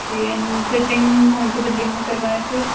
okay एन sitting कौन सी बिल्डिंग में करवाएं फिर